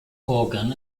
organ